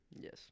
Yes